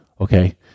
Okay